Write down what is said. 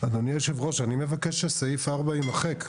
אדוני היושב-ראש, אני מבקש שסעיף 4 יימחק.